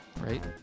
right